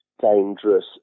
dangerous